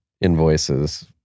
invoices